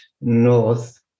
north